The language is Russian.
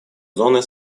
зоны